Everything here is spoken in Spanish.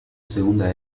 segunda